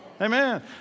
Amen